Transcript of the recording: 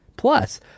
Plus